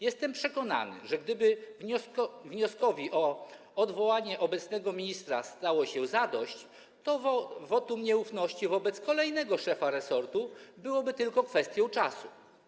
Jestem przekonany, że gdyby wnioskowi o odwołanie obecnego ministra stało się zadość, to wotum nieufności wobec kolejnego szefa resortu byłoby tylko kwestią czasu.